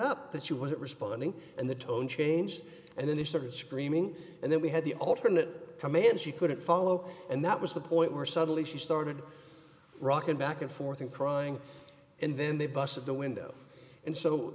up that she wasn't responding and the tone changed and then they started screaming and then we had the alternate command she couldn't follow and that was the point where suddenly she started rocking back and forth and crying and then they busted the window and so